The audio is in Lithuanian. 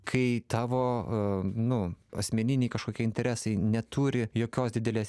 kai tavo nu asmeniniai kažkokie interesai neturi jokios didelės